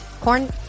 corn